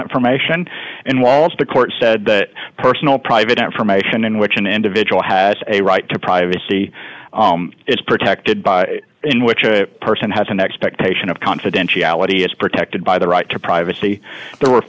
information and won't the court said personal private information in which an individual has a right to privacy is protected by in which a person has an expectation of confidentiality is protected by the right to privacy there were